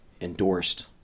endorsed